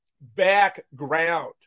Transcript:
Background